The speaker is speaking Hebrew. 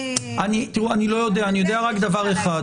אני יודע דבר אחד